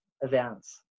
events